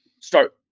start